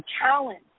talent